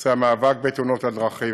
נושא המאבק בתאונות הדרכים,